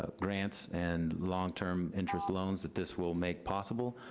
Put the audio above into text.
ah grants and long term interest loans that this will make possible,